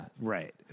Right